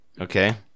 Okay